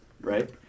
right